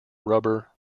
rubber